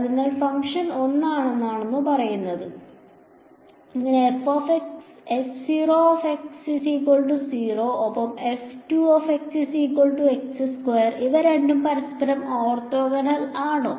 അതിനാൽ ഫംഗ്ഷൻ 1 ആണെന്നാണോ പറയുക അങ്ങനെ ഒപ്പം ഇവ രണ്ടും പരസ്പരം ഓർത്തോഗോണൽ ആണോ